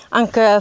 anche